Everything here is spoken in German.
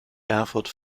erfurt